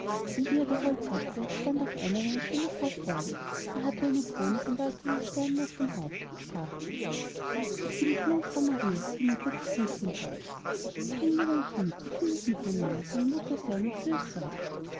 und wie er da holz hackte stand auf einmal eine schöne frau vor ihm die hatte eine krone von leuchtenden sternen auf dem haupt und sprach zu ihm ich bin die jungfrau maria die mutter des christkindleins bring mir dein kind ich will es mit mir nehmen seine mutter seyn und für es sorgen